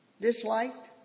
disliked